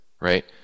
right